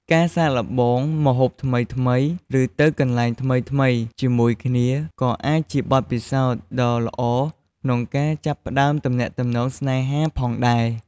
ការសាកល្បងម្ហូបថ្មីៗ ឬទៅកន្លែងថ្មីៗជាមួយគ្នាក៏អាចជាបទពិសោធន៍ដ៏ល្អក្នុងការចាប់ផ្ដើមទំនាក់ទំនងស្នេហាផងដែរ។